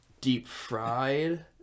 deep-fried